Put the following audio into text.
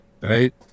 Right